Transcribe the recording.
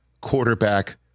quarterback